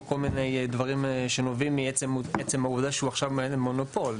כל מיני דברים שנובעים מעצם העובדה שהוא עכשיו מונופול,